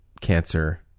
cancer